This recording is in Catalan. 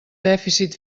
dèficit